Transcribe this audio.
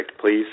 please